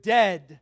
dead